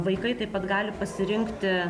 vaikai taip pat gali pasirinkti